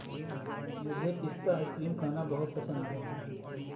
मुझे पिस्ता आइसक्रीम खाना बहुत पसंद है